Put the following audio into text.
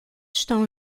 estão